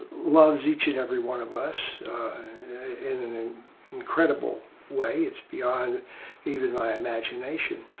loves each and every one of us in an incredible way, it's beyond even my imagination,